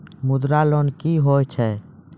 मुद्रा लोन क्या हैं?